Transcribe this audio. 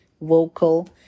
vocal